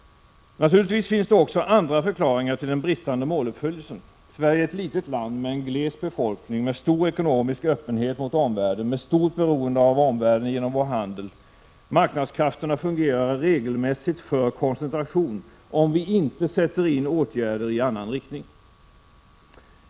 Naturligtvis finns det också andra förklaringar till den bristande måluppfyllelsen. Sverige är ett litet land som är glest befolkat, har stor ekonomisk öppenhet mot omvärlden och har stort beroende av omvärlden genom vår handel. Marknadskrafterna fungerar regelmässigt för koncentration om vi inte sätter in åtgärder i annan riktning.